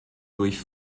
durch